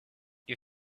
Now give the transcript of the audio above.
you